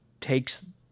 takes